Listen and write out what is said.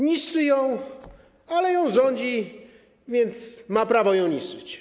Niszczy ją, ale nią rządzi, więc ma prawo ją niszczyć.